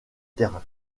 terrain